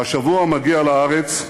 והשבוע מגיע לארץ,